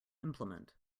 implement